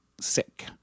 Sick